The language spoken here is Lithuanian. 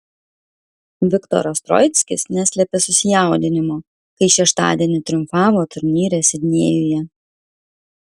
viktoras troickis neslėpė susijaudinimo kai šeštadienį triumfavo turnyre sidnėjuje